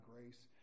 grace